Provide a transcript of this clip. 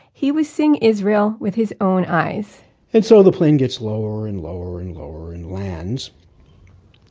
he was seeing israel with his own eyes and so the plane gets lower and lower and lower and lands.